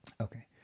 Okay